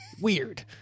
Weird